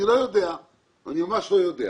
אני ממש לא יודע.